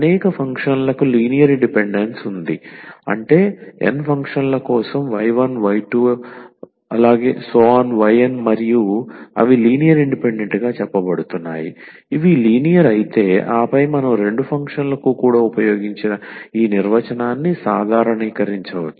అనేక ఫంక్షన్లకు linear dependence ఉంటుంది అంటే n ఫంక్షన్ల కోసం y1 y2 yn మరియు అవి లీనియర్ ఇండిపెండెంట్ గా చెప్పబడుతున్నాయి ఇవి లీనియర్ అయితే ఆపై మనం రెండు ఫంక్షన్లకు కూడా ఉపయోగించిన ఈ నిర్వచనాన్ని సాధారణీకరించవచ్చు